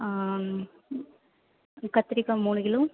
கத்திரிக்காய் மூணு கிலோ